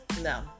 No